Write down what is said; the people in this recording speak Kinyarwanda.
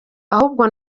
ahubwo